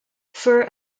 four